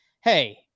Hey